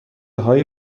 های